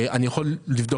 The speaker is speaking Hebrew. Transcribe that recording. אני יכול לבדוק.